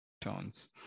tones